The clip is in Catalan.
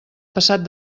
passat